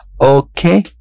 Okay